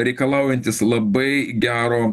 reikalaujantis labai gero